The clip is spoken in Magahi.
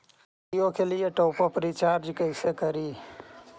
जियो के लिए टॉप अप रिचार्ज़ कैसे करी?